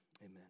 Amen